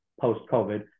post-COVID